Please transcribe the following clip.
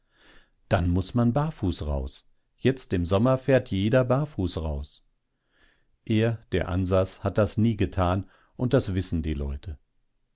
dann muß man barfuß raus jetzt im sommer fährt jeder barfuß raus er der ansas hat das nie getan und das wissen die leute